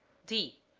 d.